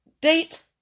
date